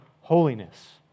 holiness